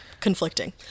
conflicting